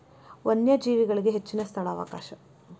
ವನ್ಯಜೇವಿಗಳಿಗೆ ಹೆಚ್ಚಿನ ಸ್ಥಳಾವಕಾಶ